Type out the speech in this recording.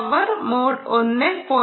power mode 1